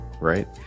right